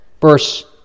verse